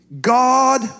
God